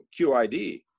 QID